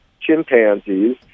chimpanzees